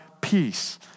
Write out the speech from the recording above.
peace